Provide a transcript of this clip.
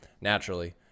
naturally